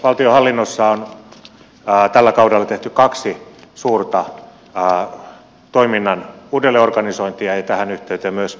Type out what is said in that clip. valtionhallinnossa on tällä kaudella tehty kaksi suurta toiminnan uudelleenorganisointia ja tähän yhteyteen myös selkeitä säästöjä